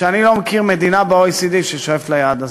ואני לא מכיר מדינה ב-OECD ששואפת ליעד הזה.